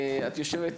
את יושבת